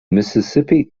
mississippi